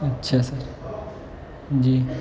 اچھا سر جی